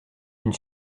une